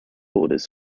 borders